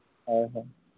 ᱦᱳᱭ ᱦᱳᱭ